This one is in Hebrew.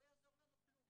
לא יעזור לנו כלום.